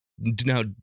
now